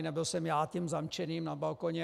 Nebyl jsem já tím zamčeným na balkoně.